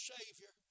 Savior